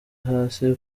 hasi